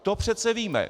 To přece víme!